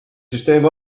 süsteem